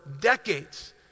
decades